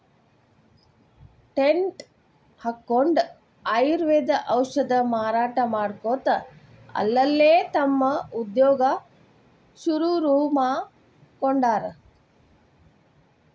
tent ಹಕ್ಕೊಂಡ್ ಆಯುರ್ವೇದ ಔಷಧ ಮಾರಾಟಾ ಮಾಡ್ಕೊತ ಅಲ್ಲಲ್ಲೇ ತಮ್ದ ಉದ್ಯೋಗಾ ಶುರುರುಮಾಡ್ಕೊಂಡಾರ್